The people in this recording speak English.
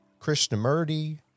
Krishnamurti